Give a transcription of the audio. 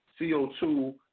CO2